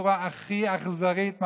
בצורה הכי אכזרית,